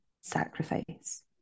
sacrifice